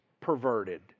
perverted